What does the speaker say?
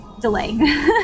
delay